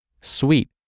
sweet